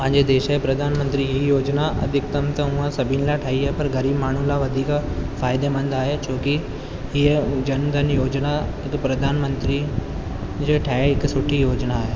पंहिंजे देश जा प्रधान मंत्री योजना अधिक्तम त हुअ सभिनि लाइ ठाही आहे पर ग़रीबु माण्हू लाइ वधीक फ़ाइदेमंद आहे छोकी हीअ जन धन योजना हिकु प्रधान मंत्री जो ठाहे हिकु सुठी योजना आहे